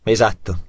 Esatto